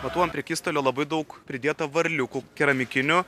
matau prekystalio labai daug pridėto varliukų keramikinių